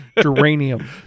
geranium